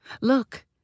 Look